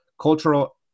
cultural